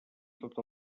tot